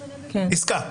עסקה.